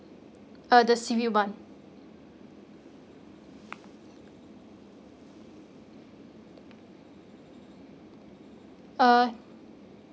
uh the seaweed [one] uh